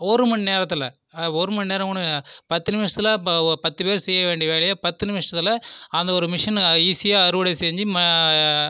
ஒரு மணி நேரத்தில் ஒரு மணி நேரம் கூட பத்து நிமிஷத்தில் பத்து பேர் செய்ய வேண்டிய வேலையை பத்து நிமிஷத்தில் அந்த ஒரு மிஷின் ஈஸியாக அறுவடை செஞ்சு